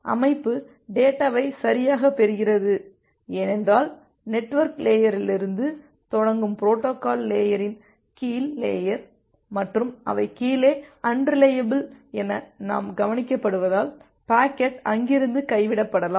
அமைப்பு டேட்டாவை சரியாகப் பெறுகிறது ஏனென்றால் நெட்வொர்க் லேயரிலிருந்து தொடங்கும் பொரோட்டோகால் லேயரின் கீழ் லேயர் மற்றும் அவை கீழே அன்ரிலையபில் என நாம் கவனிக்கப்படுவதால் பாக்கெட் அங்கிருந்து கைவிடப்படலாம்